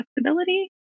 flexibility